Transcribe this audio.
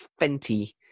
fenty